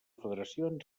federacions